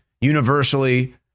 universally